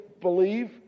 believe